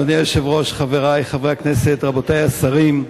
אדוני היושב-ראש, חברי חברי הכנסת, רבותי השרים,